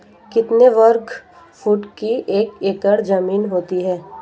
कितने वर्ग फुट की एक एकड़ ज़मीन होती है?